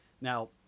Now